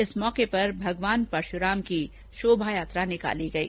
इस मौके पर भगवान परश्राम की शोभा यात्रा निकाली गई